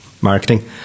marketing